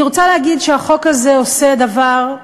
אני רוצה להגיד שהחוק הזה עושה דבר,